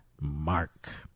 mark